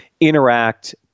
interact